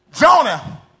Jonah